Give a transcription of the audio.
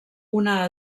una